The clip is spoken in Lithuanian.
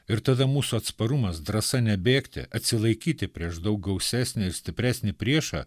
ir tada mūsų atsparumas drąsa nebėgti atsilaikyti prieš daug gausesnį ir stipresnį priešą